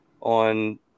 on